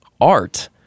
art